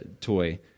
toy